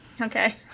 Okay